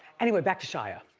anyway, back to shia.